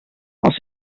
els